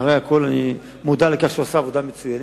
אחרי הכול, אני מודע לכך שהוא עשה עבודה מצוינת.